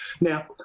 Now